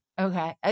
Okay